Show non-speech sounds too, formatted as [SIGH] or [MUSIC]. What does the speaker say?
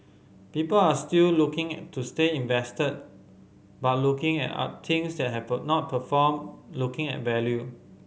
people are still looking to stay invested but looking at [UNINTELLIGIBLE] things that have not performed looking at value